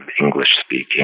English-speaking